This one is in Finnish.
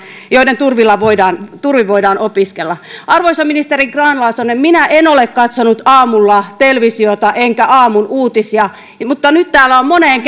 joiden turvin voidaan turvin voidaan opiskella arvoisa ministeri grahn laasonen minä en ole katsonut aamulla televisiota enkä aamun uutisia mutta nyt täällä on moneen